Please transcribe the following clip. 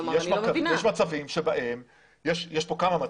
יש כאן כמה מצבים.